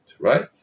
Right